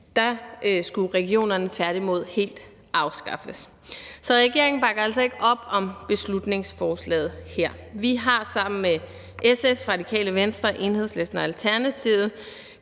Der skulle regionerne tværtimod helt afskaffes. Så regeringen bakker altså ikke op om beslutningsforslaget her. Vi har sammen med SF, Radikale Venstre, Enhedslisten og Alternativet